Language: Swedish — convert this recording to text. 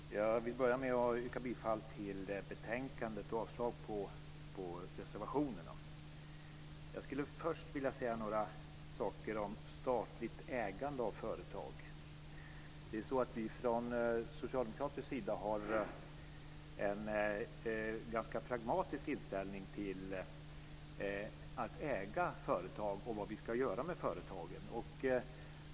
Herr talman! Jag vill börja med att yrka bifall till förslaget i utskottets betänkande och avslag på reservationerna. Jag skulle först vilja säga något om statligt ägande av företag. Från socialdemokratisk sida har vi en ganska pragmatisk inställning till att äga företag och vad vi ska göra med företagen.